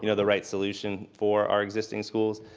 you know the right solution for our existing schools.